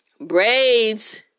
Braids